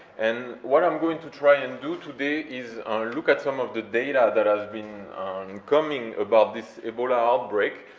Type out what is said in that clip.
and what i'm going to try and do today is look at some of the data that has been coming about this ebola outbreak,